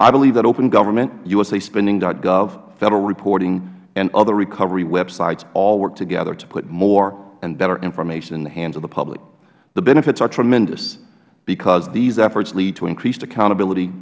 i believe that open government usaspending gov federal reporting and other recovery websites all work together to put more and better information in the hands of the public the benefits are tremendous because these efforts lead to increased accountability